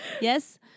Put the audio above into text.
yes